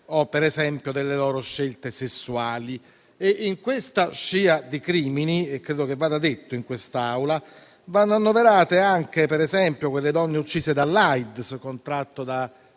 vite o delle loro scelte sessuali. In questa scia di crimini, credo che vada detto in quest'Aula che vanno annoverate anche le donne uccise dall'AIDS contratto da